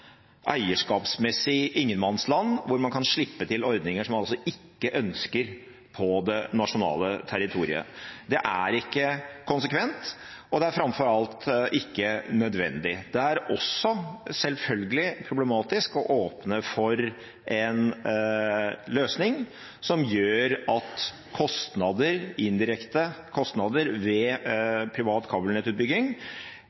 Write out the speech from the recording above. eierskapsmessig ingenmannsland hvor man kan slippe til ordninger som man ikke ønsker på det nasjonale territoriet. Det er ikke konsekvent, og det er framfor alt ikke nødvendig. Det er selvfølgelig også problematisk å åpne for en løsning som gjør at kostnader, indirekte, ved